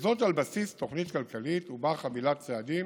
וזאת על בסיס תוכנית כלכלית שבה חבילת צעדים